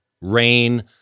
rain